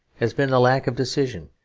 has been lack of decision,